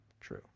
true